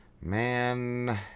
man